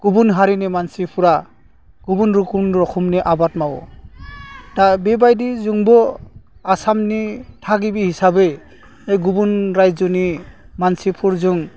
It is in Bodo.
गुबुन हारिनि मानसिफ्रा गुबुन रोखोम रोखोमनि आबाद मावो दा बेबायदि जोंबो आसामनि थागिबि हिसाबै गुबुन रायजोनि मानसिफोरजों